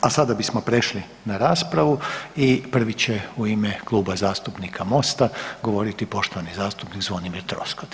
A sada bismo prešli na raspravu i prvi će u ime Kluba zastupnika Mosta govoriti poštovani zastupnik Zvornimir Troskot.